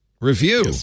review